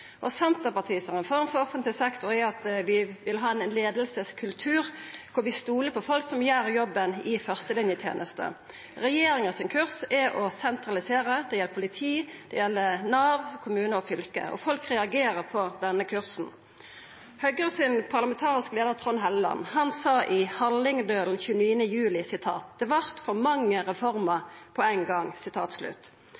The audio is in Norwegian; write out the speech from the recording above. kvarandre. Senterpartiets reform for offentleg sektor er at vi vil ha ein leiarkultur der vi stolar på folk som gjer jobben i førstelinjeteneste. Regjeringas kurs er å sentralisera. Det gjeld politi, det gjeld Nav, kommune og fylke, og folk reagerer på denne kursen. Høgres parlamentariske leiar, Trond Helleland, sa i Hallingdølen 30. juli at det vart for mange